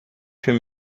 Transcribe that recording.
him